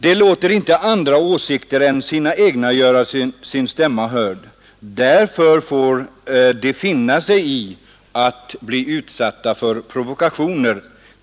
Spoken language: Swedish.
De låter inte andra åsikter än sina egna göra sin stämma hörd. Därför får de finna sig i att bli utsatta för provokationer.